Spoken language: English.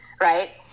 right